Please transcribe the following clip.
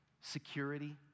security